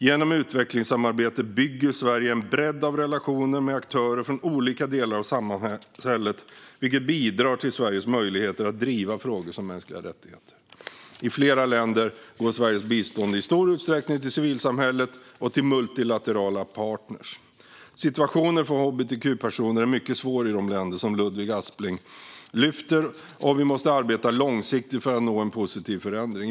Genom utvecklingssamarbetet bygger Sverige en bredd av relationer med aktörer från olika delar av samhället, vilket bidrar till Sveriges möjligheter att driva frågor som mänskliga rättigheter. I flera länder går Sveriges bistånd i stor utsträckning till civilsamhället och till multilaterala partner. Situationen för hbtq-personer är mycket svår i de länder som Ludvig Aspling lyfter, och vi måste arbeta långsiktigt för att nå en positiv förändring.